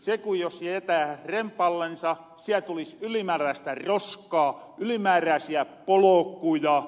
se jos jätetään rempallensa siel tulis ylimääräistä roskaa ylimäärääsiä polokuja